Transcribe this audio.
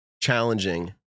challenging